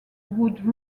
would